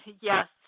Yes